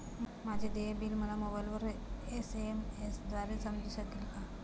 माझे देय बिल मला मोबाइलवर एस.एम.एस द्वारे समजू शकेल का?